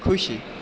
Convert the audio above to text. ખુશી